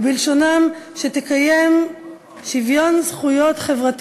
ובלשונם: "תקיים שוויון זכויות חברתי